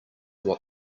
what